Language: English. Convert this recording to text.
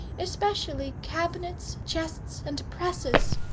especially cabinets, chests, and presses.